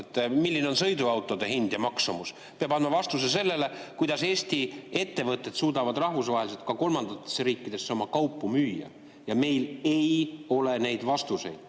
reaalselt sõiduautode hind ja maksumus. Peab andma vastuse sellele, kuidas Eesti ettevõtted suudavad rahvusvaheliselt ka kolmandatesse riikidesse oma kaupu müüa. Ja meil ei ole neid vastuseid. Lohutus,